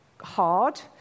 hard